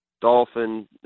dolphin